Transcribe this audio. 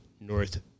North